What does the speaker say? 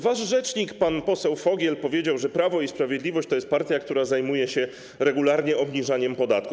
Wasz rzecznik, pan poseł Fogiel, powiedział, że Prawo i Sprawiedliwość to jest partia, która zajmuje się regularnie obniżaniem podatków.